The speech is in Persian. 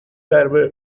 درباره